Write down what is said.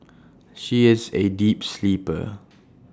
she is A deep sleeper